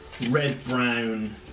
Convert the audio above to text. red-brown